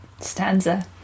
Stanza